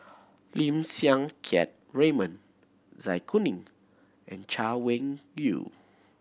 Lim Siang Keat Raymond Zai Kuning and Chay Weng Yew